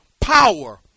power